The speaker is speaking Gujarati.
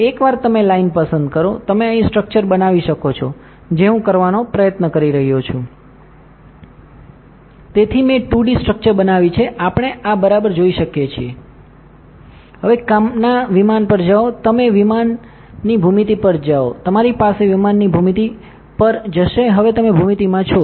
એકવાર તમે લાઇન પસંદ કરો તમે અહીં સ્ટ્રક્ચર બનાવી શકો છો જે હું કરવાનો પ્રયત્ન કરી રહ્યો છું તેથી મેં 2D સ્ટ્રક્ચર બનાવી છે આપણે આ બરાબર જોઈ શકીએ છીએ હવે કામના વિમાન પર જાઓ તમે વિમાનની ભૂમિતિ પર જાઓ તમારી પાસે વિમાનની ભૂમિતિ ભૂમિતિ પર જશે હવે તમે ભૂમિતિમાં છો